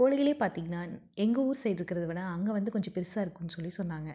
கோழிகளே பார்த்தீங்கன்னா எங்கள் ஊர் சைடு இருக்கிறத விட அங்கே வந்து கொஞ்சம் பெருசாக இருக்கும்னு சொல்லி சொன்னாங்க